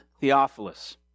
Theophilus